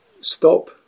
stop